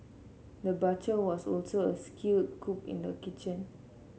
the butcher was also a skilled cook in the kitchen